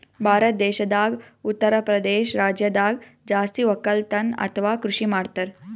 ಭಾರತ್ ದೇಶದಾಗ್ ಉತ್ತರಪ್ರದೇಶ್ ರಾಜ್ಯದಾಗ್ ಜಾಸ್ತಿ ವಕ್ಕಲತನ್ ಅಥವಾ ಕೃಷಿ ಮಾಡ್ತರ್